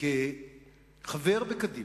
כחבר בקדימה,